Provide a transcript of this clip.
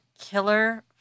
killer